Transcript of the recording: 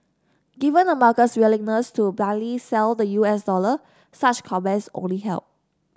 given the market's willingness to blindly sell the U S dollar such comments only help